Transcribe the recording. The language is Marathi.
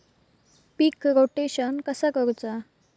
पीक रोटेशन कसा करूचा?